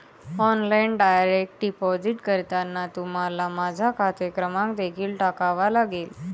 online direct deposit करताना तुम्हाला माझा खाते क्रमांक देखील टाकावा लागेल